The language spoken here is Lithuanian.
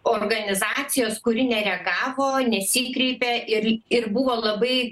organizacijos kuri nereagavo nesikreipė ir ir buvo labai